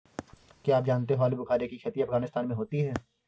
क्या आप जानते हो आलूबुखारे की खेती अफगानिस्तान में होती है